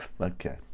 Okay